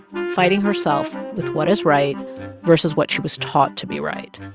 fighting herself with what is right versus what she was taught to be right.